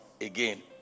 again